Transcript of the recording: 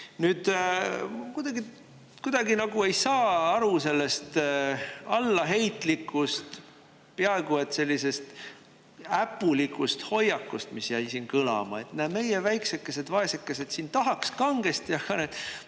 Nüüd, kuidagi nagu ei saa aru sellest allaheitlikkusest, peaaegu et äpulikust hoiakust, mis jäi siin kõlama: "Meie väiksekesed, vaesekesed, tahaks kangesti, aga need